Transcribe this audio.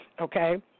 okay